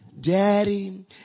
Daddy